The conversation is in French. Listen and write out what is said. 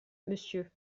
monsieur